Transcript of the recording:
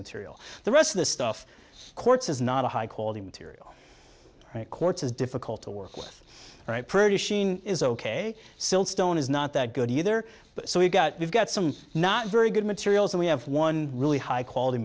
material the rest of the stuff cts is not a high quality material right courts is difficult to work with pretty sheen is ok silverstone is not that good either so we've got we've got some not very good materials and we have one really high quality